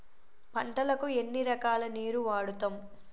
పంటలకు ఎన్ని రకాల నీరు వాడుతం?